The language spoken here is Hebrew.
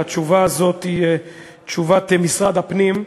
התשובה הזאת היא תשובת משרד הפנים.